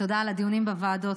תודה על הדיונים בוועדות,